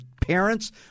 parents